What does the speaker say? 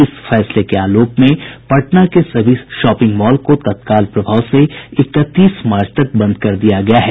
इस फैसले के आलोक में पटना के सभी शॉपिंग मॉल को तत्काल प्रभाव से इकतीस मार्च तक बंद कर दिया गया है